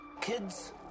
Kids